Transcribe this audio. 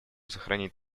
сохранить